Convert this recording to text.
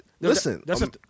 listen